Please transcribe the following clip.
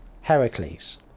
Heracles